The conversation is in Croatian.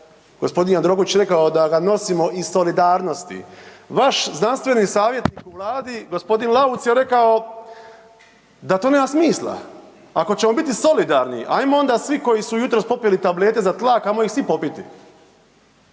g. Jandroković rekao da ga nosimo iz solidarnosti. Vaš znanstveni savjetnik u vladi g. Lauc je rekao da to nema smisla. Ako ćemo biti solidarni ajmo onda svi koji su jutros popili tablete za tlak ajmo ih svi popiti.